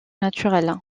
naturelle